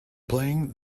playing